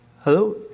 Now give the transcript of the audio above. hello